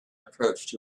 approached